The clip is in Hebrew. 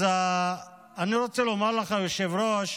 אז, אני רוצה לומר לך, היושב-ראש,